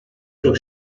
çok